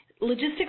Logistics